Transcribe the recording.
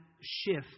shift